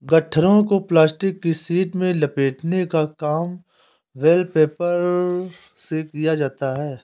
गट्ठरों को प्लास्टिक की शीट में लपेटने का काम बेल रैपर से किया जाता है